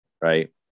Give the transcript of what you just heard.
right